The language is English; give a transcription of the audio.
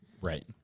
Right